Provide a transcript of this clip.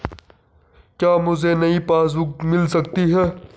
क्या मुझे नयी पासबुक बुक मिल सकती है?